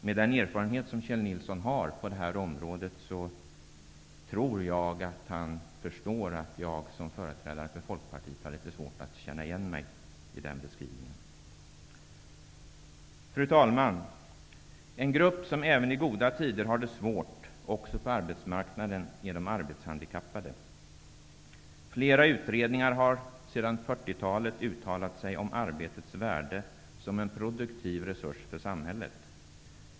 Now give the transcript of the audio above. Med den erfarenhet som Kjell Nilsson har på området tror jag att han förstår att jag som företrädare för Folkpartiet har litet svårt att känna igen mig i den beskrivningen. Fru talman! En grupp som också i goda tider har det svårt på arbetsmarknaden är de arbetshandikappade. I flera utredningar har det sedan 40-talet gjorts uttalanden om arbetets värde som en produktiv resurs för samhället.